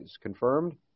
confirmed